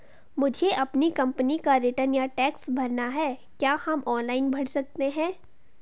मुझे अपनी कंपनी का रिटर्न या टैक्स भरना है क्या हम ऑनलाइन भर सकते हैं?